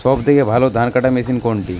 সবথেকে ভালো ধানকাটা মেশিন কোনটি?